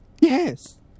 Yes